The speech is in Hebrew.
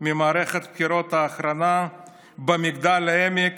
ממערכת הבחירות האחרונה במגדל העמק,